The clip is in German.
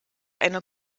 eine